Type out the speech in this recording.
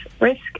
risk